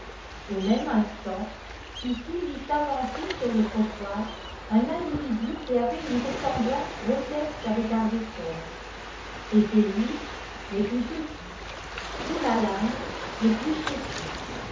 au même instant kitty vit s'avancer sur le trottoir un individu qui avait une ressemblance grotesque avec arbuton c'était lui mais plus petit plus malingre et plus chétif